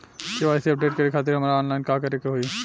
KYC update करे खातिर हमरा ऑनलाइन का करे के होई?